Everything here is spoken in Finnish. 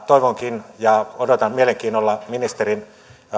toivonkin ja odotan mielenkiinnolla ministerin